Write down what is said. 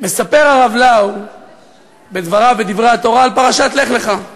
מספר הרב לאו בדבריו, בדברי התורה, על פרשת לך לך,